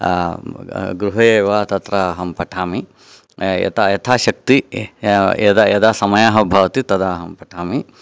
गृहे एव तत्र अहं पठामि यथा यथाशक्ति यदा यदा समयः भवति तदा अहं पठामि